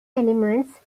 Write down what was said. elements